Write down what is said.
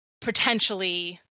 potentially